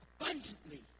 abundantly